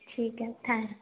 ठीक आहे थँक